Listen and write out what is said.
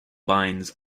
binds